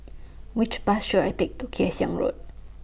Which Bus should I Take to Kay Siang Road